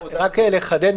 רק לחדד.